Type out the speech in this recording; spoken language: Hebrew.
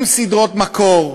עם סדרות מקור,